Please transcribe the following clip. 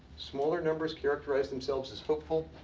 smaller numbers characterized themselves as hopeful.